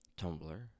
Tumblr